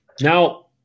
Now